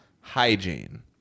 hygiene